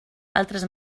altres